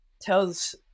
tells